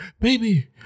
baby